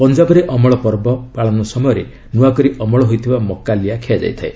ପଞ୍ଜାବରେ ଅମଳ ପର୍ବ ପାଳନ ସମୟରେ ନୂଆକରି ଅମଳ ହୋଇଥିବା ମକା ଲିଆ ଖିଆଯାଇଥାଏ